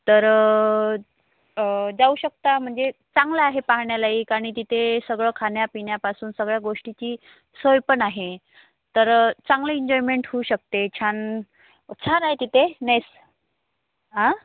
तर जाऊ शकता म्हणजे चांगला आहे पाहण्यालायक आणि तिथे सगळं खाण्यापिण्यापासून सगळ्या गोष्टीची सोय पण आहे तर चांगलं एन्जॉयमेंट होऊ शकते छान छान आहे तिथे नाईस आ